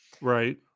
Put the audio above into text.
Right